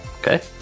okay